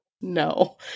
no